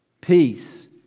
Peace